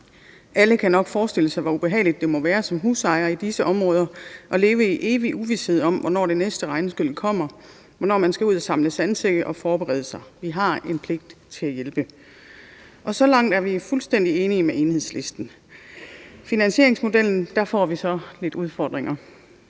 Alle kan nok forestille sig, hvor ubehageligt det må være som husejer i disse områder at leve i evig uvished om, hvornår det næste regnskyl kommer, hvornår man skal ud og samle sandsække og forberede sig. Vi har en pligt til at hjælpe. Så langt er vi fuldstændig enige med Enhedslisten. Med finansieringsmodellen får vi så lidt udfordringer.